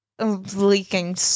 leaking